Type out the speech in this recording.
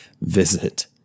visit